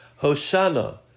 Hoshana